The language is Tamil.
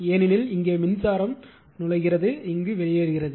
ஏனெனில் இங்கே மின்சாரம் இங்கு நுழைகிறது இங்கு வெளியேறுகிறது